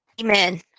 Amen